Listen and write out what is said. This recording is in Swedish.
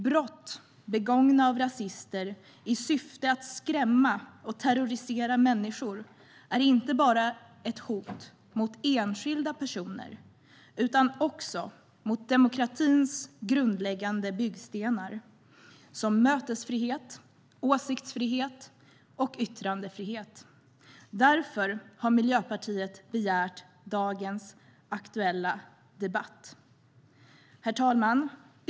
Brott begångna av rasister i syfte att skrämma och terrorisera människor är ett hot inte bara mot enskilda personer utan också mot demokratins grundläggande byggstenar som mötesfrihet, åsiktsfrihet och yttrandefrihet. Därför har Miljöpartiet begärt dagens aktuella debatt. Herr talman!